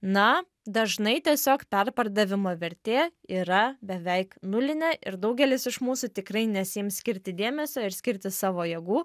na dažnai tiesiog perpardavimo vertė yra beveik nulinė ir daugelis iš mūsų tikrai nesiims skirti dėmesio ir skirti savo jėgų